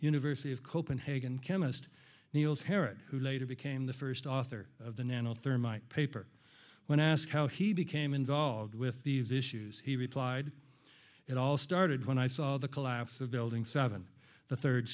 university of copenhagen chemist niels herit who later became the first author of the nano thermite paper when asked how he became involved with these issues he replied it all started when i saw the collapse of building seven the third